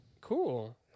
Cool